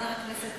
תודה לחבר הכנסת